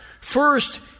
First